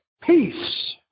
peace